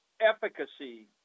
efficacy